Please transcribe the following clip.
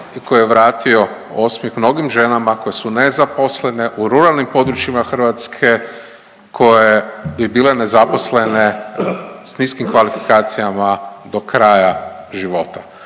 i koji je vratio osmjeh mnogim ženama koje su nezaposlene u ruralnim područjima Hrvatske koje bi bile nezaposlene s niskim kvalifikacijama do kraja života,